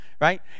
right